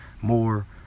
more